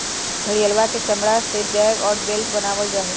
घड़ियलवा के चमड़ा से बैग और बेल्ट बनावल जाहई